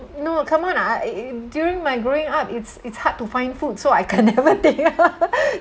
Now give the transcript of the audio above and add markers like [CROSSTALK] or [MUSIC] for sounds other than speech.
no come on ah it it during my growing up it's it's hard to find food so I can never [LAUGHS] t~